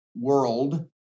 world